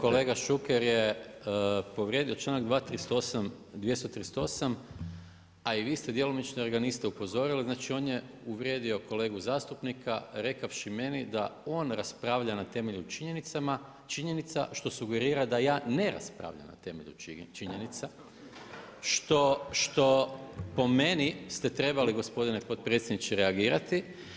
Kolega Šuker je povredo članak 238. a i vi ste djelomično jer ga niste upozorili, znači on je uvrijedio kolegu zastupnika, rekavši meni da on raspravlja na temelju činjenica, što sugerira da ja ne raspravljam na temelju činjenica, što po meni ste trebali gospodine potpredsjedniče reagirati.